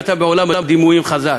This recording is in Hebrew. אתה בעולם הדימויים חזק,